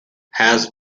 has